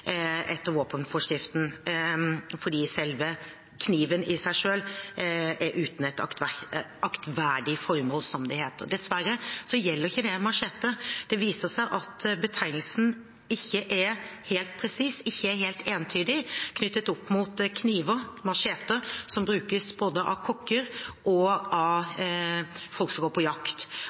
etter våpenforskriften fordi kniven i seg selv er uten et «aktverdig formål», som det heter. Dessverre gjelder ikke det machete. Det viser seg at betegnelsen ikke er helt presis, ikke er helt entydig knyttet til kniver, macheter, som brukes både av kokker og av folk som går på jakt.